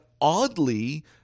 oddly